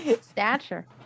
stature